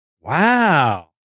Wow